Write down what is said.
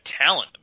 talent